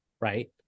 right